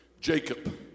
Jacob